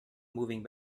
moving